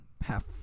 half